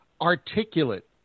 articulate